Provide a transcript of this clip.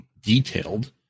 detailed